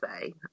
say